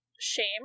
shame